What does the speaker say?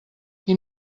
qui